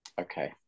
Okay